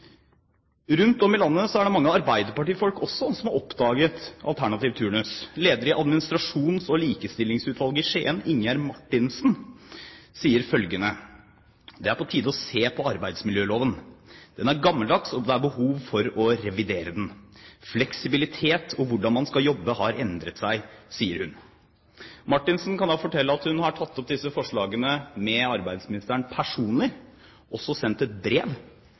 Rundt om i landet er det også mange arbeiderpartifolk som har oppdaget alternativ turnus. Lederen i administrasjons- og likestillingsutvalget i Skien, Ingjerd Martinsen, sier følgende: «Det er på tide å se på arbeidsmiljøloven. Den er gammeldags og det er behov for å revidere den. Fleksibilitet og hvordan man skal jobbe har endret seg». Martinsen kan da fortelle at hun har tatt opp disse forslagene med arbeidsministeren personlig, og også sendt et brev.